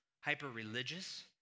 hyper-religious